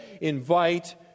invite